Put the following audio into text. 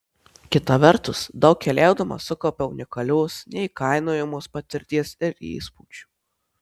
kita vertus daug keliaudama sukaupiau unikalios neįkainojamos patirties ir įspūdžių